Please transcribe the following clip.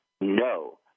no